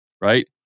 right